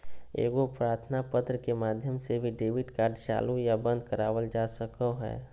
एगो प्रार्थना पत्र के माध्यम से भी डेबिट कार्ड चालू या बंद करवावल जा सको हय